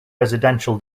residential